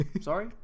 Sorry